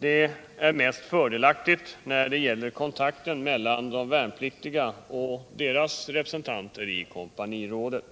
Det är mest fördelaktigt när det gäller kontakten mellan de värnpliktiga och deras representanter i kompanirådet.